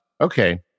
Okay